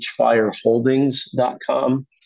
hfireholdings.com